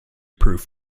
proof